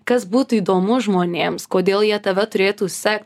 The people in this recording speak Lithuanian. kas būtų įdomu žmonėms kodėl jie tave turėtų sekt